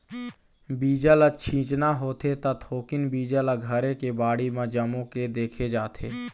बीजा ल छिचना होथे त थोकिन बीजा ल घरे के बाड़ी म जमो के देखे जाथे